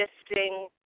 existing